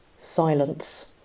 silence